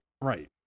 Right